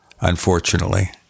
unfortunately